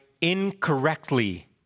incorrectly